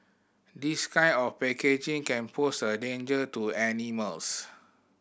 this kind of packaging can pose a danger to animals